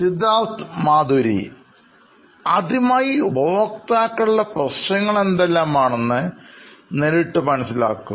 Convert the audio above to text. Siddharth Madhuri CEO നോയിൻ electronics ആദ്യമായി ഉപഭോക്താക്കളുടെ പ്രശ്നങ്ങൾ എന്തെല്ലാമാണ് നേരിട്ട് അറിയുക